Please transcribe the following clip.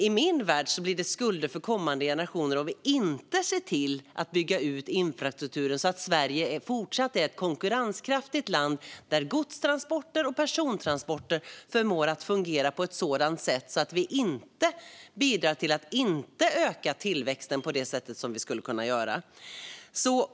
I min värld blir det skulder för kommande generationer om vi inte ser till att bygga ut infrastruktur så att Sverige fortsatt är ett konkurrenskraftigt land, där godstransporter och persontransporter förmår fungera på ett sådant sätt att vi inte bidrar till att inte öka tillväxten på det sätt som vi skulle kunna göra.